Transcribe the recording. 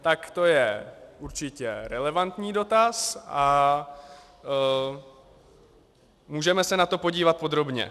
Tak to je určitě relevantní dotaz a můžeme se na to podívat podrobně.